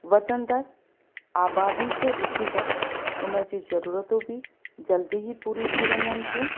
वधंदड़ आबादी खे ॾिसी करे उन जूं ज़रूरतूं बि जल्दी ही पूरियूं थी वञनि थियूं